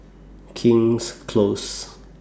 King's Close